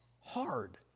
hard